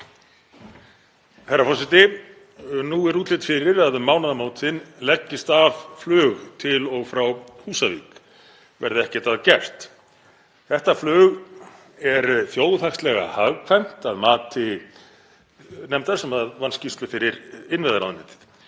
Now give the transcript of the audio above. Herra forseti. Nú er útlit fyrir að um mánaðamótin leggist af flug til og frá Húsavík, verði ekkert að gert. Þetta flug er þjóðhagslega hagkvæmt að mati nefndar sem vann skýrslu fyrir innviðaráðuneytið.